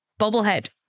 bobblehead